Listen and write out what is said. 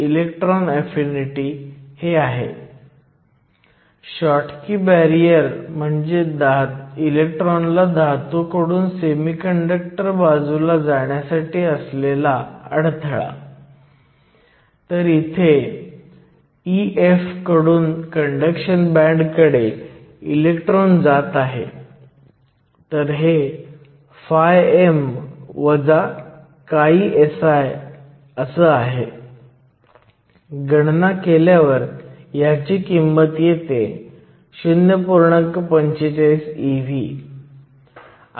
तर इक्विलिब्रियम अंतर्गत pn जंक्शनच्या बाबतीत आपल्याकडे डायनॅमिक इक्विलिब्रियम आहे ज्यामुळे इलेक्ट्रॉन आणि होल्स जंक्शन ओलांडून फिरत असतात आणि सतत नष्ट होतात जेव्हा आपण फॉरवर्ड बायस लावतो तेव्हा p बाजूला पॉझिटिव्हशी जोडलेले असते n बाजूला निगेटिव्हशी जोडलेली असते फर्मी लेव्हल्स यापुढे रांगेत राहत नाहीत परंतु मूलत स्थलांतरित होतात आणि जेव्हा हे घडते तेव्हा बॅरियर खाली येतो